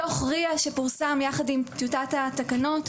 בדוח ריא שפורסם יחד עם טיוטת התקנות,